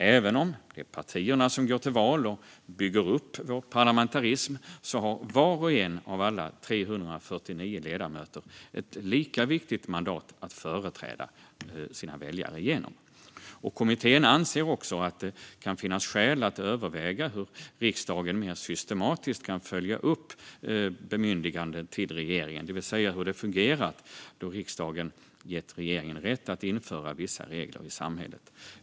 Även om det är partierna som går till val och bygger upp vår parlamentarism har var och en av alla 349 ledamöter ett lika viktigt mandat att företräda sina väljare genom. Kommittén anser också att det kan finnas skäl att överväga hur riksdagen mer systematiskt kan följa upp bemyndiganden till regeringen, det vill säga hur det fungerat då riksdagen gett regeringen rätt att införa vissa regler i samhället.